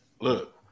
Look